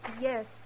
Yes